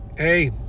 Hey